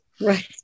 Right